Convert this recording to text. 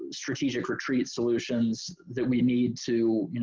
strategic retreat solutions that we need to, you know,